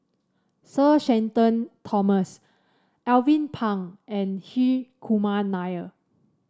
Sir Shenton Thomas Alvin Pang and Hri Kumar Nair